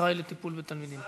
אחראי לטיפול בתלמידים.